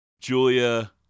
Julia